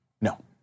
No